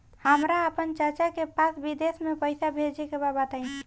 हमरा आपन चाचा के पास विदेश में पइसा भेजे के बा बताई